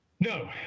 No